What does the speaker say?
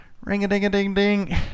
Ring-a-ding-a-ding-ding